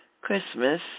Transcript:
Christmas